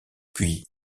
puis